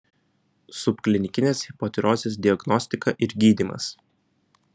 subklinikinės hipotirozės diagnostika ir gydymas